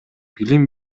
билим